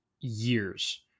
years